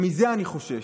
מזה אני חושש.